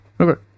Okay